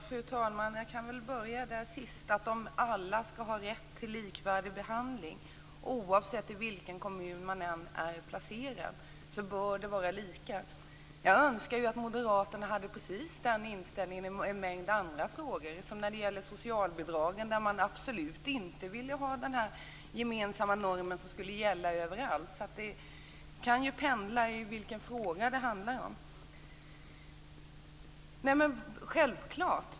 Fru talman! Jag kan börja med det sista, om att alla skall ha rätt till likvärdig behandling, att oavsett i vilken kommun man är placerad bör det vara lika. Jag önskar att moderaterna hade precis den inställningen i en mängd andra frågor. När det gäller socialbidragen ville man i fjol absolut inte ha den gemensamma normen som skulle gälla överallt. Det kan alltså pendla mellan olika frågor.